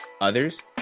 others